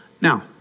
Now